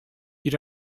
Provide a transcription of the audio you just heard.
you